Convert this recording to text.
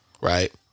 Right